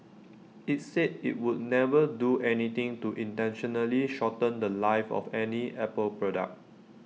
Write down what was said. IT said IT would never do anything to intentionally shorten The Life of any Apple product